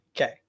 Okay